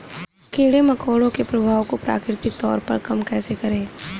कीड़े मकोड़ों के प्रभाव को प्राकृतिक तौर पर कम कैसे करें?